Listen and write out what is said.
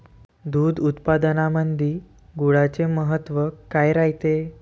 दूध उत्पादनामंदी गुळाचे महत्व काय रायते?